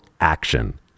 action